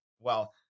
Well-